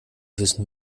wissen